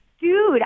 Dude